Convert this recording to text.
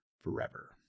forever